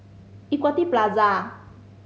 Equity Plaza